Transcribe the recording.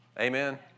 Amen